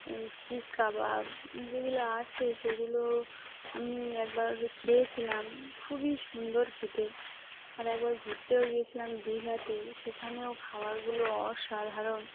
শিক কাবাব যেগুলো আছে সেগুলো আমি একবার খেয়েছিলাম খুবই সুন্দর খেতে আর একবার ঘুরতেও গিয়েছিলাম দীঘাতে সেখানেও খাবারগুলো অসাধারণ